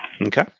Okay